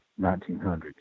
1900s